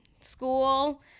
school